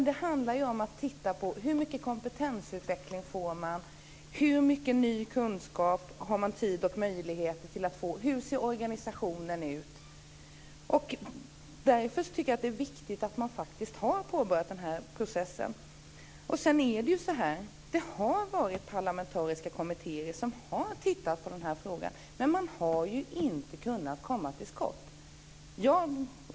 Det handlar ju om att titta på hur mycket kompetensutveckling man får, hur mycket ny kunskap man har tid och möjlighet att få och hur organisationen ser ut. Därför tycker jag att det är viktigt att man faktiskt har påbörjat denna process. Det har funnits parlamentariska kommittéer som har sett över denna fråga, men man har ju inte kunnat komma till skott.